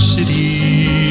City